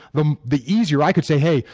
the the easier i could say hey,